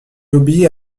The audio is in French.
obéit